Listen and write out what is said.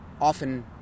often